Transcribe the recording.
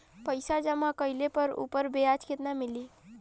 पइसा जमा कइले पर ऊपर ब्याज केतना मिली?